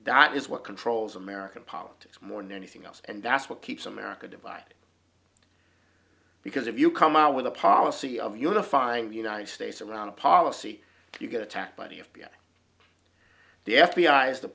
that is what controls american politics more new anything else and that's what keeps america divide because if you come out with a policy of unifying the united states around a policy if you get attacked by the f b i the f b i is the